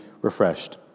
refreshed